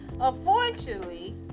unfortunately